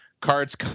Cards